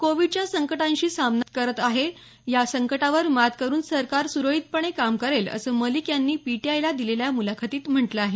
कोविडच्या संकटाशी राज्य सरकार सामना करत आहे या संकटावर मात करून सरकार सुरळीतपणे काम करेल असं मलिक यांनी पीटीआयला दिलेल्या मुलाखतीत म्हटलं आहे